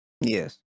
Yes